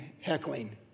heckling